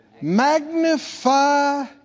Magnify